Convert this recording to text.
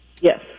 Yes